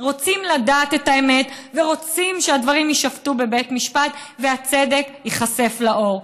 רוצים לדעת את האמת ורוצים שהדברים יישפטו בבית משפט והצדק ייחשף לאור.